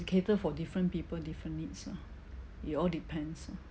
you cater for different people different needs ah it all depends ah